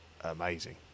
amazing